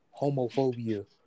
homophobia